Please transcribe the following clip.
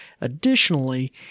additionally